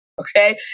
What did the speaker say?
Okay